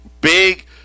big